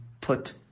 put